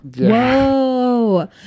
whoa